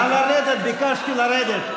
ביקשתי לרדת.